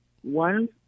One